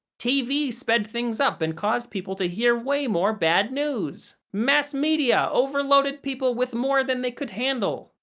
tv sped things up and caused people to hear way more bad news. mass media overloaded people with more than they could handle.